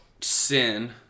sin